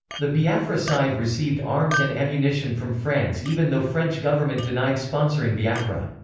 the biafra side received arms and ammunition from france even though french government denied sponsoring biafra.